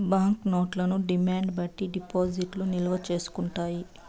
bank నోట్లను demand బట్టి డిపాజిట్లు నిల్వ చేసుకుంటారు